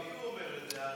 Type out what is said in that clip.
למי הוא אומר את זה?